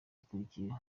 yakurikiyeho